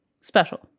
special